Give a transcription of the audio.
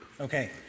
Okay